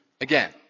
again